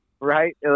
right